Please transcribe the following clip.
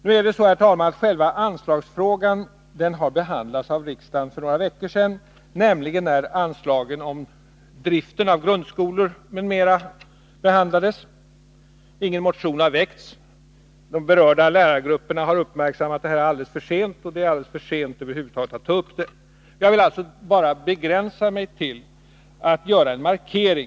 Nu är det så, herr talman, att själva anslagsfrågan behandlades av riksdagen för några veckor sedan, nämligen i samband med att anslagen till driften av grundskolor m.m. behandlades. Ingen motion har väckts. De berörda lärargrupperna har uppmärksammat det här alldeles för sent. Över huvud taget är det alldeles för sent att ta upp den saken. Jag vill begränsa mig till att göra följande markering.